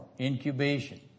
incubation